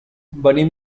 venim